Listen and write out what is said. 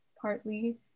partly